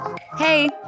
Hey